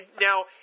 now